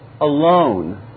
alone